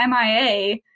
MIA